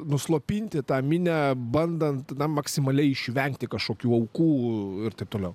nuslopinti tą minią bandant maksimaliai išvengti kažkokių aukų ir taip toliau